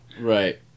Right